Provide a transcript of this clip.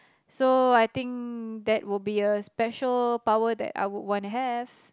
so I think that would be a special power that I would want to have